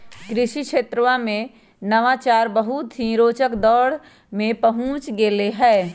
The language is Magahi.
कृषि क्षेत्रवा में नवाचार बहुत ही रोचक दौर में पहुंच गैले है